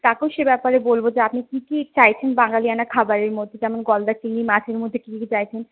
তাকেও সে ব্যাপারে বলব যে আপনি কী কী চাইছেন বাঙালিয়ানা খাবারের মধ্যে যেমন গলদা চিংড়ি মাছের মধ্যে কী কী চাইছেন